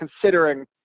considering